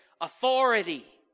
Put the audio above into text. Authority